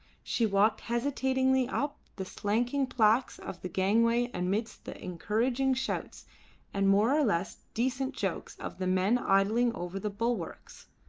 she walked hesitatingly up the slanting planks of the gangway amidst the encouraging shouts and more or less decent jokes of the men idling over the bulwarks.